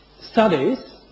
studies